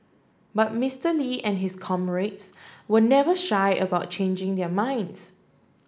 but Mister Lee and his comrades were never shy about changing their minds